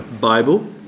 Bible